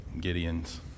Gideon's